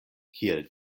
kiel